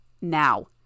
Now